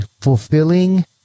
fulfilling